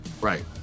Right